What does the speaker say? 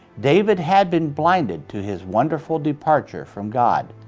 david had been blinded to his wonderful departure from god.